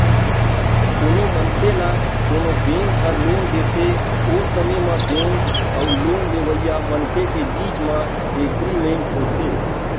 कोनो मनखे ल कोनो बेंक ह लोन देथे ओ समे म बेंक अउ लोन लेवइया मनखे के बीच म एग्रीमेंट होथे